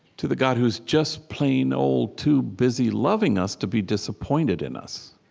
to the god who's just plain-old too busy loving us to be disappointed in us.